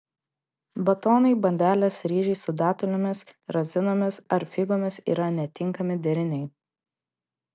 batonai bandelės ryžiai su datulėmis razinomis ar figomis yra netinkami deriniai